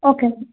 okay